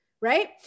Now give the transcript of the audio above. right